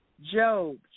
Job